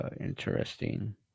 interesting